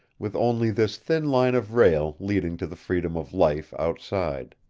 with only this thin line of rail leading to the freedom of life outside.